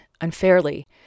unfairly